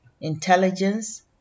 intelligence